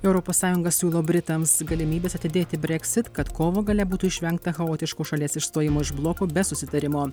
europos sąjunga siūlo britams galimybes atidėti brexit kad kovo gale būtų išvengta chaotiško šalies išstojimo iš bloko be susitarimo